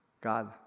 God